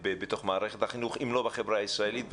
במערכת החינוך אם לא בחברה הישראלית כולה,